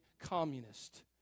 communist